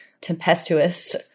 tempestuous